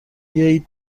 بیاید